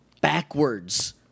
Backwards